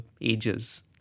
ages